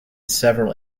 several